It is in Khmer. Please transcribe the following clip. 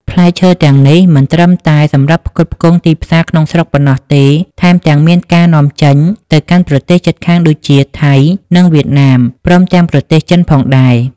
ផ្លែឈើទាំងនេះមិនត្រឹមតែសម្រាប់ផ្គត់ផ្គង់ទីផ្សារក្នុងស្រុកប៉ុណ្ណោះទេ ថែមទាំងមានការនាំចេញទៅកាន់ប្រទេសជិតខាងដូចជា ថៃ និងវៀតណាម ព្រមទាំងប្រទេសចិនផងដែរ។